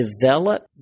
develop